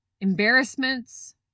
Embarrassments